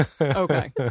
Okay